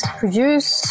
produce